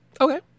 Okay